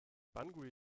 bangui